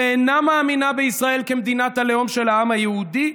שאינה מאמינה בישראל כמדינת הלאום של העם היהודי,